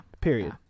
Period